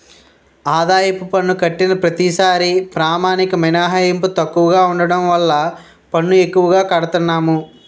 ఆదాయపు పన్ను కట్టిన ప్రతిసారీ ప్రామాణిక మినహాయింపు తక్కువగా ఉండడం వల్ల పన్ను ఎక్కువగా కడతన్నాము